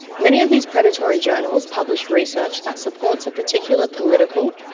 many of these predatory journals publish research that supports a particular political,